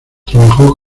trabajó